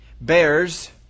bears